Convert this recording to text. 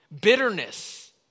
bitterness